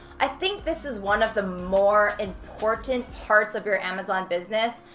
i think this is one of the more important parts of your amazon business,